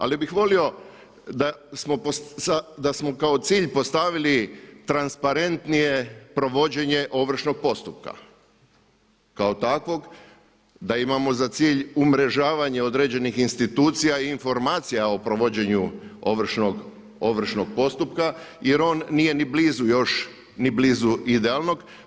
Ali bih volio da smo kao cilj postavili transparentnije provođenje ovršnog postupka kao takvog da imamo za cilj umrežavanje određenih institucija i informacija o provođenju ovršnog postupka jer on nije ni blizu još, ni blizu idealnog.